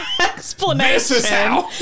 explanation